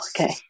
okay